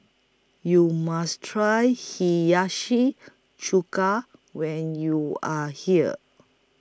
YOU must Try Hiyashi Chuka when YOU Are here